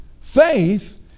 Faith